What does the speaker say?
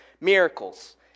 Miracles